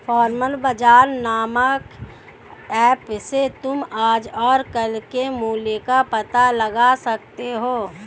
farmer Bazaar नामक app से तुम आज और कल के मूल्य का पता लगा सकते हो